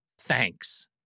Thanks